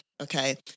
Okay